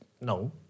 No